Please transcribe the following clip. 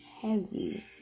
heavy